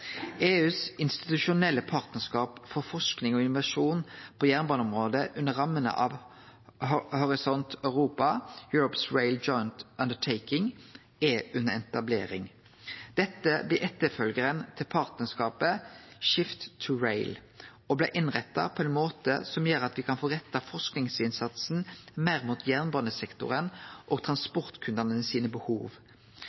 EUs institusjonelle partnarskap for forsking og innovasjon på jernbaneområdet under rammene av Horisont Europa, Europe’s Rail Joint Undertaking, er under etablering. Dette blir etterfølgjaren til partnarskapet Shift2Rail og blei innretta på ein måte som gjer at me kan få retta forskingsinnsatsen meir mot jernbanesektoren og